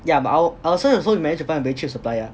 yeah but our our side also managed to find a very cheap supplier